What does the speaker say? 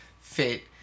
fit